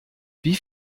wie